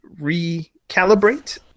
recalibrate